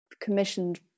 commissioned